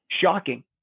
shocking